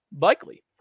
likely